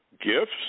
gifts